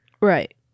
Right